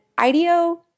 IDEO